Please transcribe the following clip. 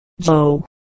Joe